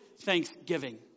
thanksgiving